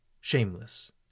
shameless